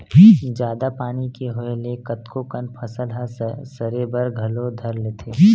जादा पानी के होय ले कतको कन फसल ह सरे बर घलो धर लेथे